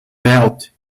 belt